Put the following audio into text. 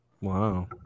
Wow